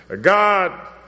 God